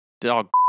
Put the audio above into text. dog